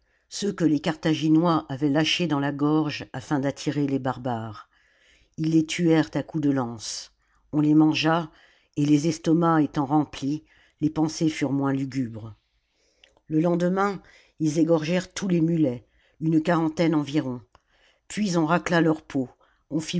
ceux que les carthaginois avaient lâchés dans la gorge afin d'attirer les barbares ils les tuèrent à coups de lances on les mangea et les estomacs étant remplis les pensées furent moins lugubres le lendemain ils égorgèrent tous les mulets une quarantaine environ puis on racla leurs peaux on